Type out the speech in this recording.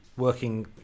Working